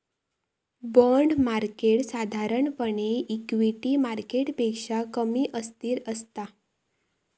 bond market साधारणपणे equity मार्केटपेक्षा कमी अस्थिर असता